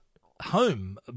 home